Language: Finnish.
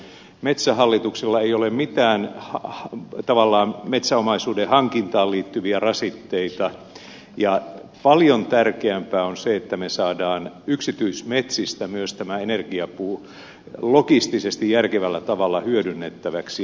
metsähallituksella ei tavallaan ole mitään metsäomaisuuden hankintaan liittyviä rasitteita ja paljon tärkeämpää on se että me saamme yksityismetsistä myös tämän energiapuun logistisesti järkevällä tavalla hyödynnettäväksi